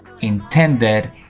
intended